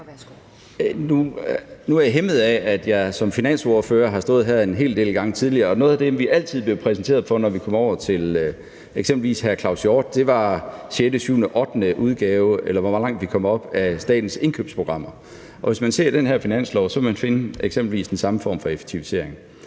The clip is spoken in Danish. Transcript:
Nu er jeg hæmmet af, at jeg som finansordfører har stået her en hel del gange tidligere. Noget af det, vi altid blev præsenteret for, når vi kom over til eksempelvis hr. Claus Hjort Frederiksen, var sjette, syvende, ottende udgave, eller hvor langt vi kom op, af Statens Indkøbsprogram. Hvis man ser den her finanslov, vil man finde eksempelvis den samme form for effektiviseringer.